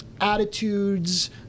attitudes